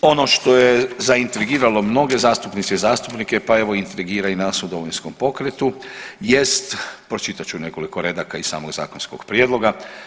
ono što je zaintrigiralo mnoge zastupnice i zastupnike pa evo intrigira i nas u Domovinskom pokretu jest, pročitat ću nekoliko redaka iz samog zakonskog prijedloga.